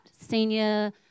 senior